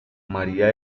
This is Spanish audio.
maría